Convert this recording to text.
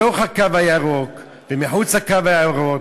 בתוך הקו הירוק ומחוץ לקו הירוק,